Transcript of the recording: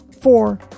Four